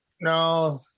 No